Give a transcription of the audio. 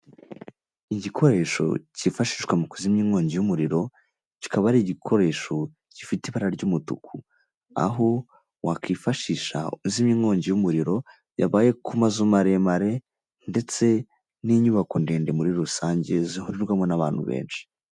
Igikoresho cyifashishwa mu kuzimya inkongi y'umuriro ,kikaba ari igikoresho gifite ibara ry'umutuku aho wakwifashisha uzimya inkongi y'umuriro yabaye ku mazu maremare ndetse n'inyubako ndende muri rusange zihurirwamo n'abantu benshi.